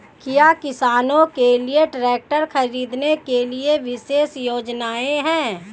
क्या किसानों के लिए ट्रैक्टर खरीदने के लिए विशेष योजनाएं हैं?